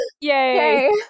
Yay